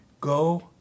Go